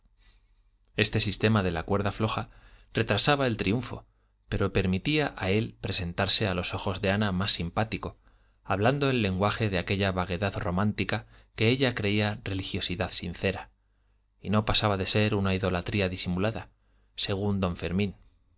este sistema de la cuerda floja retrasaba el triunfo pero le permitía a él presentarse a los ojos de ana más simpático hablando el lenguaje de aquella vaguedad romántica que ella creía religiosidad sincera y no pasaba de ser una idolatría disimulada según don fermín